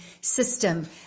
system